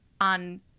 on